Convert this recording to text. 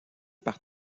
par